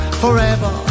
forever